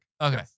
Okay